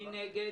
מי נגד,